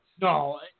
No